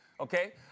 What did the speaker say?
Okay